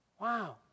wow